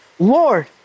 Lord